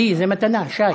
הדייה זה מתנה, שי.